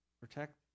protect